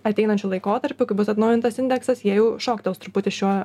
ateinančiu laikotarpiu kai bus atnaujintas indeksas jie jau šoktels truputį šiuo